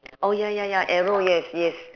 oh ya ya ya arrow yes yes